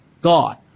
God